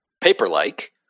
Paper-like